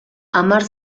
hamar